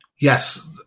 Yes